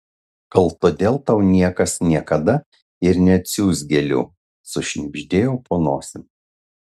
gal todėl tau niekas niekada ir neatsiųs gėlių sušnibždėjau po nosim